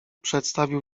przedstawił